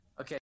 Okay